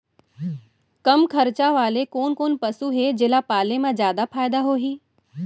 कम खरचा वाले कोन कोन पसु हे जेला पाले म जादा फायदा होही?